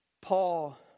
Paul